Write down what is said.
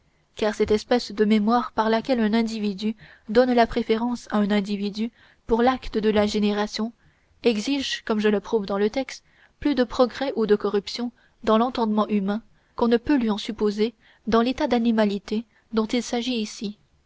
car cette espèce de mémoire par laquelle un individu donne la préférence à un individu pour l'acte de la génération exige comme je le prouve dans le texte plus de progrès ou de corruption dans l'entendement humain qu'on ne peut lui en supposer dans l'état d'animalité dont il s'agit ici